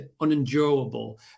unendurable